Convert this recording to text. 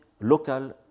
local